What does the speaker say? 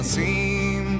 seem